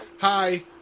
Hi